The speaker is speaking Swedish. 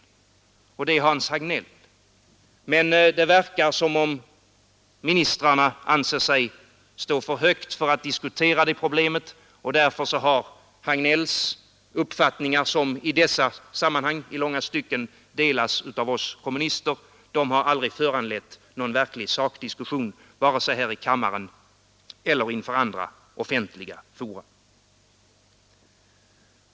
Det är Hans Hagnell. Men det verkar som om ministrarna anser sig stå för högt för att diskutera det problemet. Därför har Hagnells uppfattningar, som i vissa sammanhang i långa stycken delas av oss kommunister, aldrig föranlett någon verklig sakdiskussion vare sig här i kammaren eller inför andra offentliga fora.